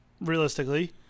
Realistically